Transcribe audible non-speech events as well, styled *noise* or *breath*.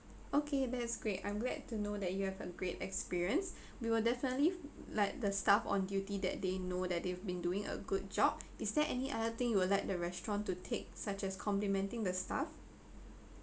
okay that's great I'm glad to know that you have a great experience *breath* we will definitely let the staff on duty that day know that they've been doing a good job is there any other thing you would like the restaurant to take such as complimenting the staff